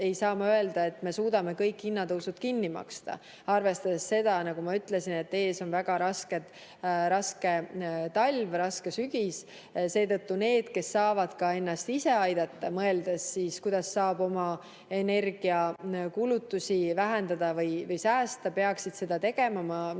ei saa ma öelda, et me suudame kõik hinnatõusud kinni maksta, arvestades seda, nagu ma ütlesin, et ees on väga raske talv ja raske sügis. Seetõttu need, kes saavad ennast ka ise aidata, mõeldes, kuidas saab oma energiakulutusi vähendada või säästa, peaksid seda tegema. Ma möönan,